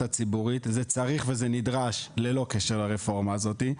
הציבורית זה צריך ונדרש ללא קשר לרפורמה הזאת.